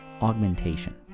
augmentation